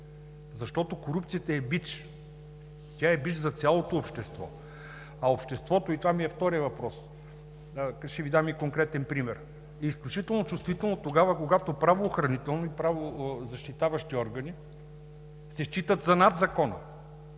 Защото корупцията е бич, тя е бич за цялото общество, а обществото – и това е вторият ми въпрос, ще Ви дам и конкретен пример – е изключително чувствително тогава, когато правоохранителни и правозащитаващи органи се считат за над Закона,